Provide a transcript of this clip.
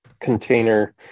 container